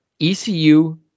ECU